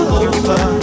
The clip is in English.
over